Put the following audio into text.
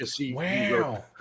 Wow